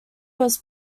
was